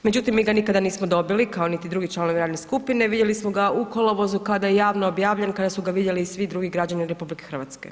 Međutim, mi ga nikada dobili, kao niti drugi članovi radne skupine, vidjeli smo ga u kolovozu kada je javno objavljen, kada su ga vidjeli i svi drugi građani RH.